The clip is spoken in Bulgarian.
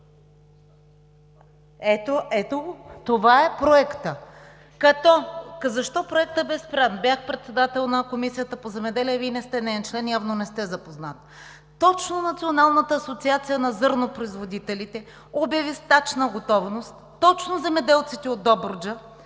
ето го. Това е проектът, като – защо проектът бе спрян? Бях председател на Комисията по земеделие, Вие не сте неин член и явно не сте запознат. Точно Националната асоциация на зърнопроизводителите обяви стачна готовност, точно земеделците от Добруджа,